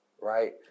right